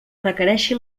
requereixi